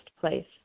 place